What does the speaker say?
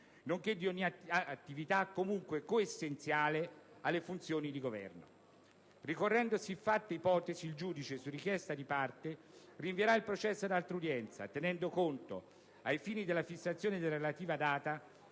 nonché di ogni attività, comunque, coessenziale alle funzioni di governo. Ricorrendo siffatte ipotesi, il giudice, su richiesta di parte, rinvierà il processo ad altra udienza, tenendo conto, ai fini della fissazione della relativa data,